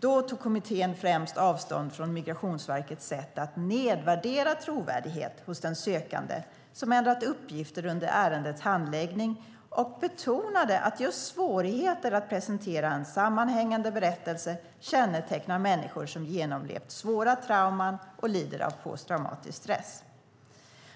Då tog kommittén främst avstånd från Migrationsverkets sätt att nedvärdera trovärdigheten hos den sökande som ändrat uppgifter under ärendets handläggning. Man betonade att just svårigheter att presentera en sammanhängande berättelse kännetecknar människor som genomlevt svåra trauman och som lider av posttraumatisk stress.